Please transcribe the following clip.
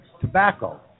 tobacco